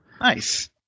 Nice